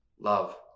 Love